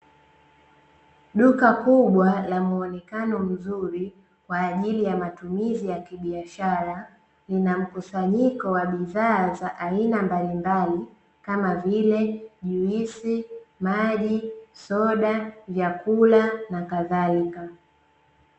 Duka kubwa la muonekano mzuri, kwa ajili ya matumizi ya kibiashara lina mkusanyiko wa bidhaa za aina mbalimbali kama vile juisi, maji, soda, vyakula na kadhalika.